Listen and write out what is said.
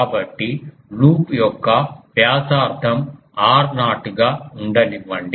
కాబట్టి లూప్ యొక్క వ్యాసార్థం r0 గా ఉండనివ్వండి